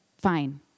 fine